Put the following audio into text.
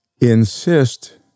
insist